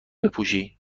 بپوشی